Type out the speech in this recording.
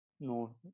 no